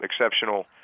exceptional